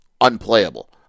unplayable